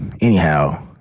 Anyhow